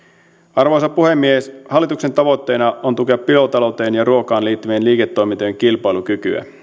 arvoisa puhemies hallituksen tavoitteena on tukea biotalouteen ja ruokaan liittyvien liiketoimintojen kilpailukykyä